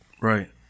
Right